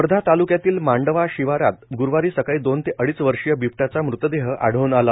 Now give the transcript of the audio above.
वर्धा तालुक्यातील मांडवा शिवारात गुरुवारी सकाळी दोन ते अडीच वर्षीय बिबटाचा मृतदेह आढळून आला